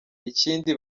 ikindi